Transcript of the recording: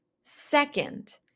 Second